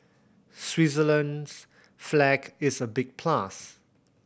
Switzerland's flag is a big plus